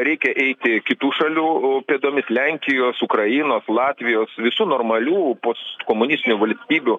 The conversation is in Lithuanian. reikia eiti kitų šalių pėdomis lenkijos ukrainos latvijos visų normalių postkomunistinių valstybių